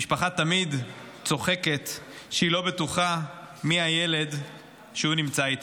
המשפחה תמיד צוחקת שהיא לא בטוחה מי הילד כשהוא נמצא איתם.